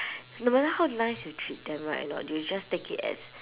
no matter how nice you treat them right you know they'll just take it as